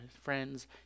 friends